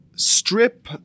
strip